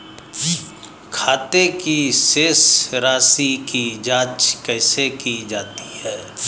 खाते की शेष राशी की जांच कैसे की जाती है?